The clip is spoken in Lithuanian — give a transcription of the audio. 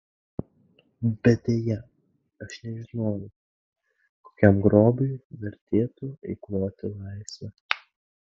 bet deja aš nežinojau kokiam grobiui vertėtų eikvoti laisvę